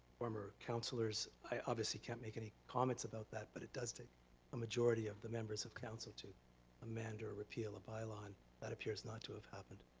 former councilors, i obviously can't make any comments about that, but it does take a majority of the members of council to amend or repeal a bylaw, and that appears not to have happened.